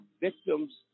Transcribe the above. victims